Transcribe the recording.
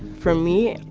for me, and